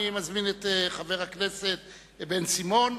אני מזמין את חבר הכנסת בן-סימון,